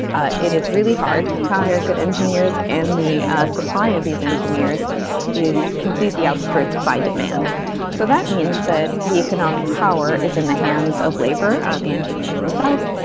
ah it is really hard to hire good engineers and the supply of these engineers is completely outstripped by demand so that means that the economic power is in the hands of labor or the engineers themselves.